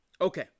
Okay